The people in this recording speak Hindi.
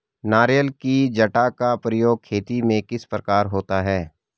नारियल की जटा का प्रयोग खेती में किस प्रकार होता है?